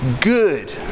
good